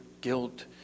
guilt